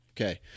okay